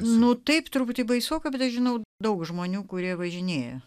na taip truputį baisoka bet aš žinau daug žmonių kurie važinėja